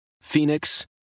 Phoenix